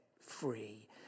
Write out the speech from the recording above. free